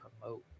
promote